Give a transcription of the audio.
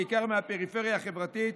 בעיקר מהפריפריה החברתית.